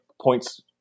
points